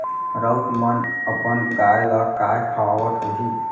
राउत मन अपन गाय ल काय खवावत होहीं